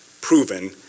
proven